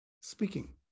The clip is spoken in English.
speaking